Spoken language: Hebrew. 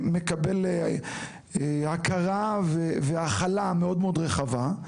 מקבל הכרה והכלה מאוד מאוד רחבה,